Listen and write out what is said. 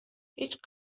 هیچ